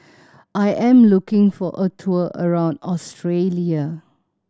I am looking for a tour around Australia